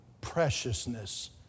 preciousness